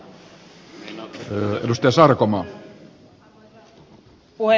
arvoisa puhemies